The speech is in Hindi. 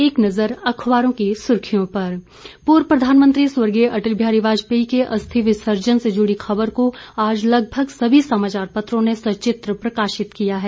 एक नज़र अखबारों की सुर्खियों पर पूर्व प्रधानमंत्री स्व अटल बिहारी वाजपेयी के अस्थि विसर्जन से जुड़ी खबर को आज लगभग सभी समाचार पत्रों ने सचित्र प्रकाशित किया है